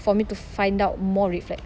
for me to find out more red flags